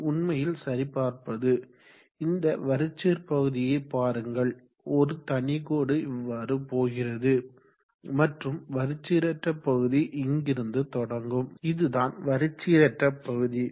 இது உண்மையில் சரிபார்ப்பது இந்த வரிச்சீர் பகுதியை பாருங்கள் ஒரு தனி கோடு இவ்வாறு போகிறது மற்றும் வரிச்சீரற்ற பகுதி இங்கிருந்து தொடங்கும் இதுதான் வரிச்சீரற்ற பகுதி